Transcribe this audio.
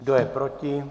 Kdo je proti?